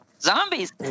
zombies